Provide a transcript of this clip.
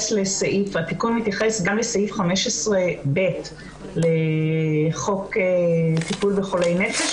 התיקון מתייחס גם לסעיף 15ב בחוק טיפול לחולי נפש,